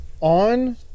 On